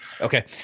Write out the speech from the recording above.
Okay